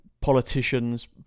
Politicians